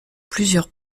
plusieurs